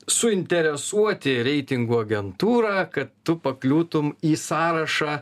suinteresuoti reitingų agentūrą kad tu pakliūtum į sąrašą